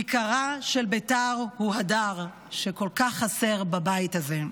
"עיקרה של בית"ר הוא הדר", שכל כך חסר בבית הזה.